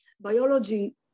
Biology